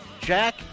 Jack